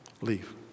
Leave